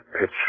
pitch